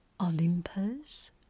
Olympus